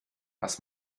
was